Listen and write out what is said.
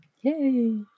Yay